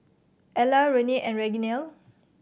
Ella Renae and Reginald